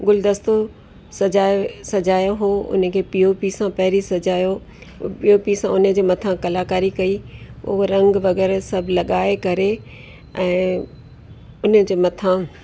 गुलदस्तो सजायो सजायो हुओ हुनखे पी ओ पी सां पहिरीं सजायो पी ओ पी सां हुनजे मथां कलाकारी कई उहो रंग वग़ैरह सभु लॻाए करे ऐं हुनजे मथां